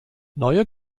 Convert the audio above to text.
neue